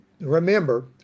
remember